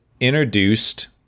introduced